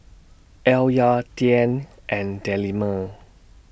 Alya Dian and Delima